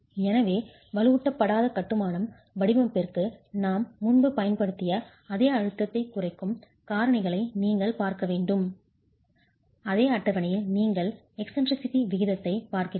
எனவே வலுவூட்டப்படாத கட்டுமான வடிவமைப்பிற்கு நாம் முன்பு பயன்படுத்திய அதே அழுத்தத்தைக் குறைக்கும் காரணிகளை நீங்கள் பார்க்க வேண்டும் அதே அட்டவணையில் நீங்கள் eccentricity மைய பிறழ்ச்சியான விகிதத்தைப் பார்க்கிறீர்கள்